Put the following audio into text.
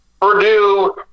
Purdue